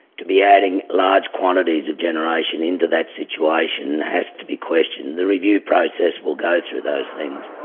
to be adding large quantities of generation into that situation has to be questioned. the review process will go through those things.